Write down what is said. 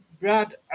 Brad